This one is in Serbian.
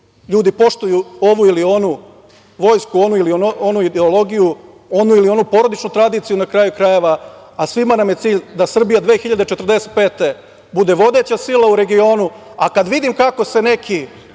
Ljudi poštuju ovu ili onu vojsku, ovu ili onu ideologiju, ovu ili onu porodičnu tradiciju, na kraju krajeva, a svima nam je cilj da Srbija 2045. godine bude vodeća sila u regionu, a kada vidim kako se neki